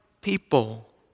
people